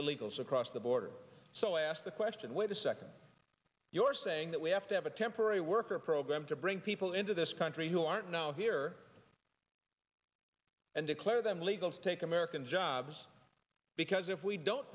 illegals across the border so i asked the question wait a second you're saying that we have to have a temporary worker program to bring people into this country who are now here and declare them illegals take american jobs because if we don't